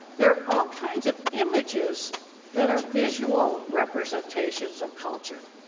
there are all kinds of images that are visual representations of culture,